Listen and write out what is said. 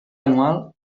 anual